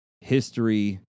history